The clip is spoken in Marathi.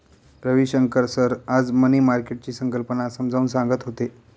रविशंकर सर आज मनी मार्केटची संकल्पना समजावून सांगत होते